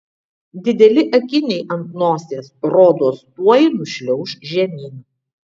dideli akiniai ant nosies rodos tuoj nušliauš žemyn